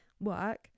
work